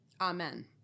amen